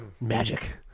magic